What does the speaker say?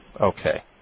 Okay